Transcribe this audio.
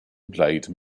blade